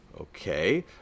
Okay